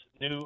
new